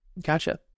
Gotcha